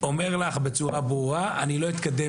אומר לך בצורה ברורה: אני לא אתקדם